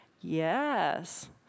Yes